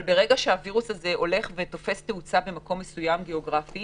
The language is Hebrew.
אבל ברגע שהווירוס הזה תופס תאוצה במקום גאוגרפי